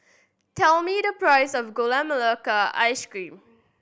tell me the price of Gula Melaka Ice Cream